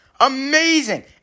amazing